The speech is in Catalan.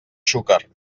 xúquer